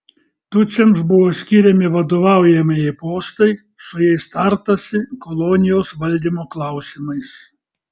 tutsiams buvo skiriami vadovaujamieji postai su jais tartasi kolonijos valdymo klausimais